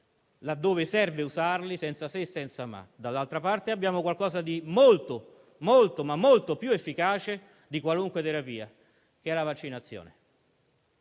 e serve usarli, senza se e senza ma. Dall'altra parte, abbiamo qualcosa di molto, ma molto più efficace di qualunque terapia, che è la vaccinazione.